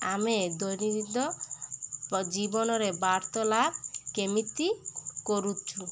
ଆମେ ଦୈନନ୍ଦିନ ଜୀବନରେ ବାର୍ତ୍ତାଳାପ କେମିତି କରୁଛୁ